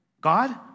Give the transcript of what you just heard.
God